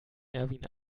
erwin